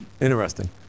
Interesting